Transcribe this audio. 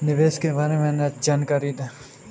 निवेश के बारे में जानकारी दें?